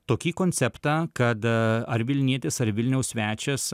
tokį konceptą kad ar vilnietis ar vilniaus svečias